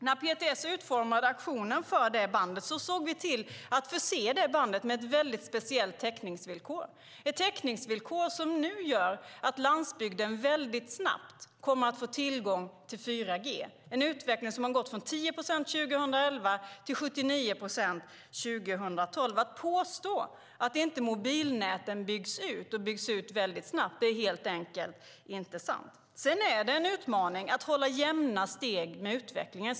När PTS utformade auktionen för det bandet såg vi till att förse det bandet med ett väldigt speciellt täckningsvillkor, som nu gör att landsbygden väldigt snabbt kommer att få tillgång till 4G, en utveckling från 10 procent 2011 till 79 procent 2012. Att inte mobilnäten byggs ut och byggs ut väldigt snabbt, som det påstås, är helt enkelt inte sant. Sedan är det en utmaning att hålla jämna steg med utvecklingen.